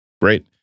Great